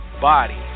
body